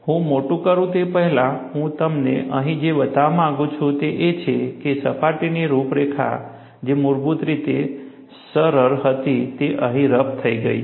હું મોટું કરું તે પહેલાં હું તમને અહીં જે બતાવવા માંગુ છું તે એ છે કે સપાટીની રૂપરેખા જે મૂળભૂત રીતે સરળ હતી તે અહીં રફ થઈ ગઈ છે